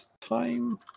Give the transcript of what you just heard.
Time